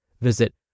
Visit